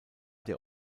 der